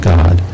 God